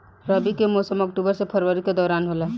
रबी के मौसम अक्टूबर से फरवरी के दौरान होला